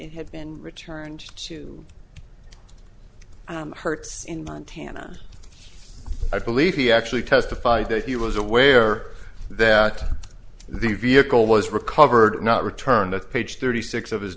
it had been returned hertz in montana i believe he actually testified that he was aware that the vehicle was recovered not returned at page thirty six of his